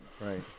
Right